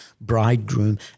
bridegroom